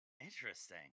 Interesting